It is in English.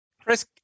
Chris